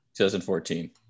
2014